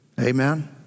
Amen